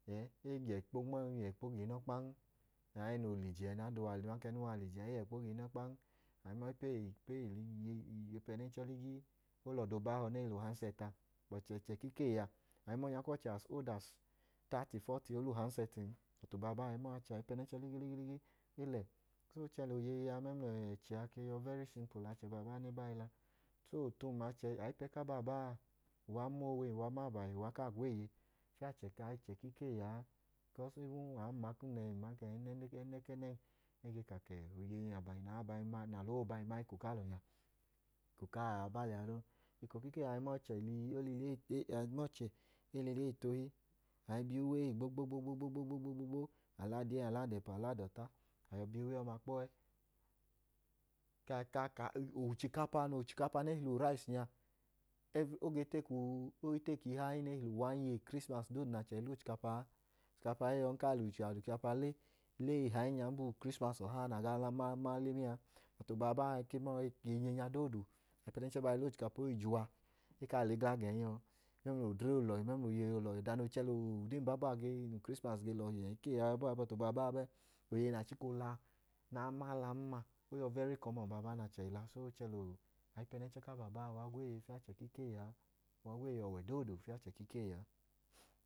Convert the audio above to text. Ẹẹ, e yẹ ikpo, e yẹ ikpo ga inọkpan. Noo lẹ ije ẹẹ nẹ ada uwa mla ẹnẹ uwa lẹ ije a, e yẹ ikpo ga inọkpan. A i ma ọyipẹ ee i, i ligii, e lẹ ọda obahọ ne i hi lẹ uhansẹti a, bọtu ikee a, a i ma ọnyakwu ọchẹ as old as taati, fọọti, o lẹ uhansẹtin, bọtu obaa baa ayipẹnẹchẹ ligiligi, e lẹ. O i chẹ lẹ oyeyi a mẹmla ẹchẹ a yọ very simpul lẹ achẹ ne ba i la. So, otum, ayipẹ ku abaa baa, uwa mowe, uwa ma abahi fiyẹ achẹ ku ikee a an, bikọs, umama kum nẹhi, ẹnẹ ku ẹnẹm, o yọi ka ka ẹẹ, owe mla abahi nẹ alọ ọọ ba i ma eko ku alọ nya. Eko kaa a aa ba lẹ ọọ noo. Eko ku ikee a, a i ma ọchẹ e lẹ ili ee tu ohi. A i bi ili ee gbogbogbogbo, aladi ee, aladi ẹla, aladi ẹta ayọ i bi uwe ọma kpọ ẹ. Ka, ka, ochikapa noo wẹ ochikapa ne i hi lẹ urayisi nya, o i teki ihayi ne hi lẹ wan yee ukrismasi dooduma nẹ achẹ i le ochikapa a. Ochikapa i yọn, a lẹ ochikapa le ihayi nya ayi ba ukrismasi ọha nẹ a gaa ma le mẹẹ a. Bẹt abaa baa, eyinya doodu ayipẹnẹnchẹ ba i le ochikapa, o i jẹ uwa, e kaa le gla gẹn yọ mẹmla odre olọhi mẹmla oyeyi olọhi. Ọda noo chẹ lẹ ode n baa bọọ a noo i chẹ lẹ ukrismasi ge lẹnyẹ ekee ọma yọ abọọ a. Bọtu abaa baa bẹ? Oyeyi nẹ a chika oola nẹ a ma lan ma, o yọ very kọmọn nawọn nẹ achẹ i la. So o chẹ lẹ ayipẹnẹnchẹ ku abaa baa uwa gweeye fiyẹ achẹ ku ikee a a. Uwa gweeye ẹga doodu fiyẹ achẹ ku ikee a a.